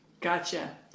gotcha